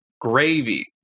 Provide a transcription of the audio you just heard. gravy